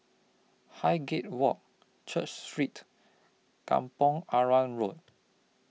Highgate Walk Church Street Kampong Arang Road